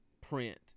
print